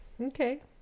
Okay